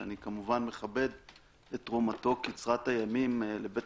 שאני כמובן מכבד את תרומתו קצרת הימים לבית